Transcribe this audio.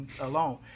alone